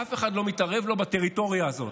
ואף אחד לא מתערב לו בטריטוריה הזאת.